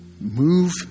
move